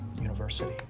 University